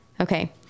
Okay